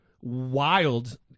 wild